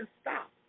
stop